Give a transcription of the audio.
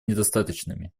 недостаточными